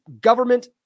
government